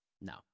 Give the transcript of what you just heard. No